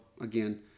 again